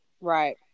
Right